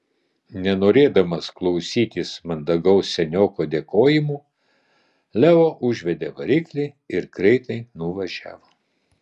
nenorėdamas klausytis mandagaus senioko dėkojimų leo užvedė variklį ir greitai nuvažiavo